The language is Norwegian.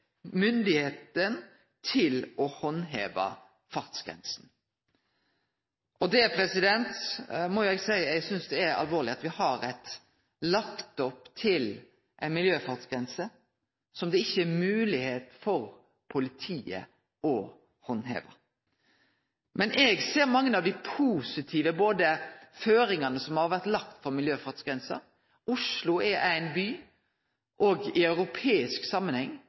til å handheve fartsgrensa. Eg må seie at eg synest det er alvorleg at me har lagt opp til ei miljøfartsgrense som det ikkje er mogleg for politiet å handheve. Men eg ser mange av dei positive føringane som er lagde for miljøfartsgrensa. Oslo er ein by som òg i europeisk samanheng